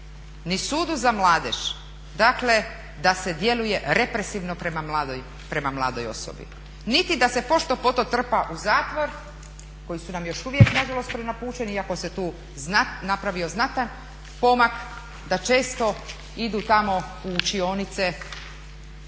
ni sudu za mladež dakle da se djeluje represivno prema mladoj osobi. Niti da se pošto poto trpa u zatvor koji su nam još uvijek nažalost prenapučeni iako se tu napravio znatan pomak da često idu tamo u učionice